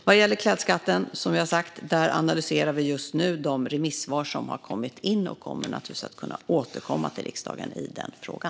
Vad gäller klädskatten analyserar vi just nu de remissvar som har kommit in och kommer naturligtvis att kunna återkomma till riksdagen i den frågan.